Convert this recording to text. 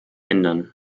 ändern